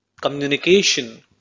communication